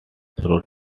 through